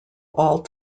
all